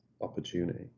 opportunity